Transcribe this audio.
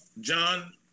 John